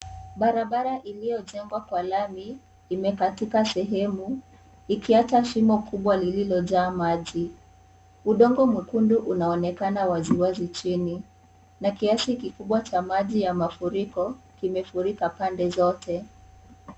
Barabara iliyojengwa kwa lami imekatika sehemu ikiacha shimo kubwa lililojaa maji. Udongo mwekundu unaonekana waziwazi chini na kiasi kikubwa cha maji ya mafuriko kimefurika pale zote.